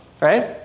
right